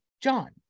john